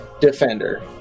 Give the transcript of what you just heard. Defender